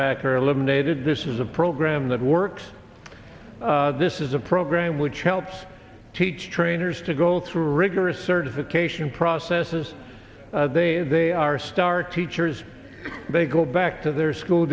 back or eliminated this is a program that works this is a program which helps teach trainers to go through a rigorous certification process is they they are star teachers they go back to their school